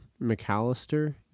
McAllister